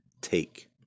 take